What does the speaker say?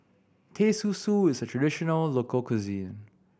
Teh Susu is a traditional local cuisine